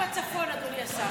כן, מה קורה עם הצפון, אדוני השר?